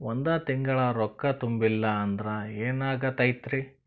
ಒಂದ ತಿಂಗಳ ರೊಕ್ಕ ತುಂಬಿಲ್ಲ ಅಂದ್ರ ಎನಾಗತೈತ್ರಿ?